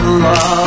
love